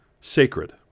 sacred